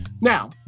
Now